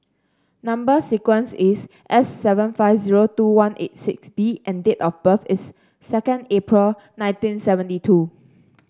number sequence is S seven five zero two one eight six B and date of birth is second April nineteen seventy two